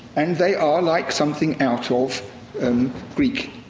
and they are like something out of um greek,